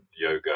yoga